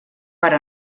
per